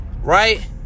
right